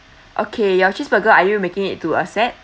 okay your cheeseburger are you making it to a set